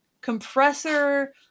compressor